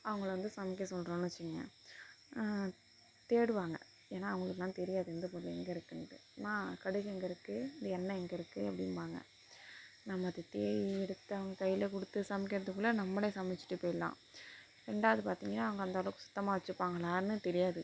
அவங்கள வந்து சமைக்க சொல்கிறோன்னு வச்சிகோங்க தேடுவாங்கள் ஏன்னா அவங்களுக்குலாம் தெரியாது எந்த பொருள் எங்கே இருக்குன்ட்டு ம்மா கடுகு எங்கே இருக்குது இந்த எண்ணெய் எங்கே இருக்குது அப்படிம்பாங்க நம்ம அதை தேடி எடுத்து அவங்க கையில கொடுத்து சமைக்கிறத்துக்குள்ள நம்மளே சமைச்சிட்டு போயிடலாம் ரெண்டாவது பார்த்திங்கன்னா அவங்க அந்தளவுக்கு சுத்தமாக வச்சிப்பாங்களான்னு தெரியாது